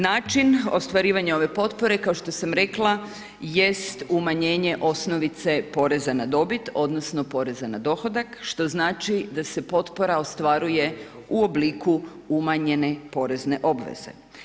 Način ostvarivanja ove potpore, kao što sam rekla, jest umanjenje osnovice poreza na dobit, odnosno, poreza na dohodak, što znači da se potpora ostvaruje u obliku umanjenje porezne obveze.